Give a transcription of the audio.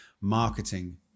marketing